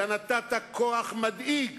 אתה נתת כוח מדאיג,